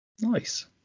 nice